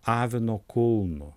avino kulnu